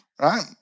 Right